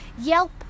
Yelp